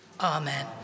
amen